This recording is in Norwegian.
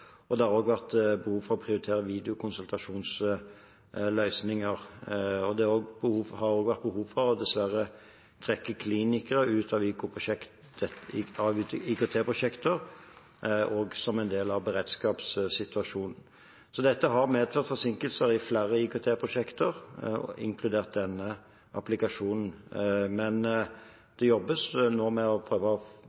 Det har også vært behov for å prioritere videokonsultasjonsløsninger og også dessverre for å trekke klinikere ut av IKT-prosjekter, som en del av beredskapssituasjonen. Dette har medført forsinkelser i flere IKT-prosjekter, inkludert denne applikasjonen, men